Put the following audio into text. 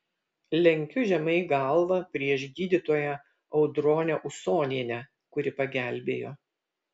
lenkiu žemai galvą prieš gydytoją audronę usonienę kuri pagelbėjo